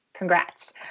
Congrats